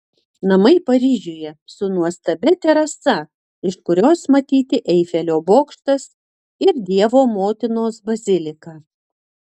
namai paryžiuje su nuostabia terasa iš kurios matyti eifelio bokštas ir dievo motinos bazilika